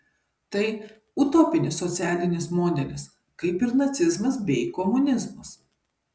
tai utopinis socialinis modelis kaip ir nacizmas bei komunizmas